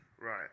Right